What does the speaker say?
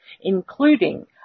including